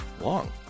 long